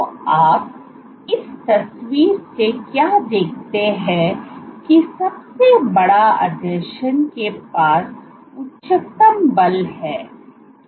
तो आप इस तस्वीर से क्या देखते हैं कि सबसे बड़ा आसंजन के पास उच्चतम बल है